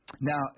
Now